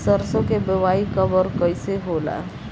सरसो के बोआई कब और कैसे होला?